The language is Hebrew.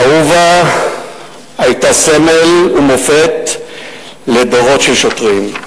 אהובה היתה סמל ומופת לדורות של שוטרים.